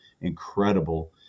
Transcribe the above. incredible